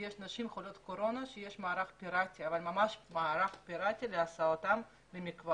ויש נשים חולות קורונה שיש מערך פירטי להסעתן למקוואות.